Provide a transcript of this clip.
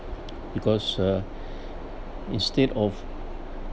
because uh instead of